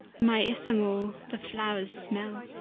my ithamore, the flowers smell!